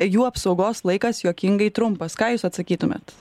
jų apsaugos laikas juokingai trumpas ką jūs atsakytumėt